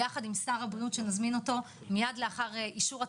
ביחד עם שר הבריאות שנזמין אותו מייד לאחר אישור התקציב.